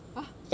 !huh!